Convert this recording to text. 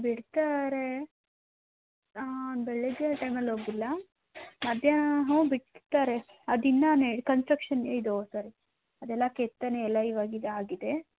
ಬಿಡ್ತಾರೆ ಬೆಳಿಗ್ಗೆ ಟೈಮಲ್ಲಿ ಹೋಗಿಲ್ಲ ಮಧ್ಯಾ ಹ್ಞೂ ಬಿಡ್ತಾರೆ ಅದಿನ್ನಾನೇ ಕಂಸ್ಟ್ರಕ್ಷನ್ ಇದು ಸಾರೀ ಅದೆಲ್ಲ ಕೆತ್ತನೆ ಎಲ್ಲ ಇವಾಗಿದು ಆಗಿದೆ